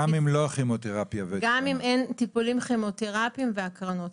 גם אם לא הכימותרפיה --- גם אם אין טיפולים כימותרפיים והקרנות.